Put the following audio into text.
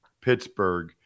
Pittsburgh